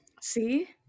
See